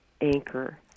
anchor